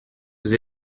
vous